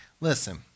Listen